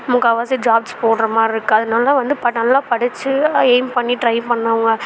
முக்கால்வாசி ஜாப்ஸ் போடுறமாரி இருக்கு அதனால வந்து பட் நல்லா படிச்சு எயிம் பண்ணி ட்ரைப் பண்ணவங்க